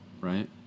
right